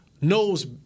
knows